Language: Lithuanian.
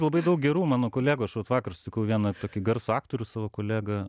labai daug gerų mano kolegų aš vat vakar sutikau vieną tokį garsų aktorių savo kolegą